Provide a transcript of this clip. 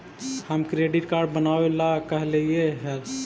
हम credit card बनावे ला कहलिऐ हे?